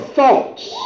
thoughts